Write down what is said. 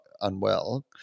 unwell